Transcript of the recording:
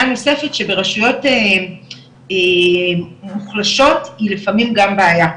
נוספת שברשויות מוחלשות לפעמים גם בעיה,